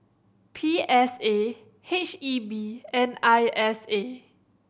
P S A H E B and I S A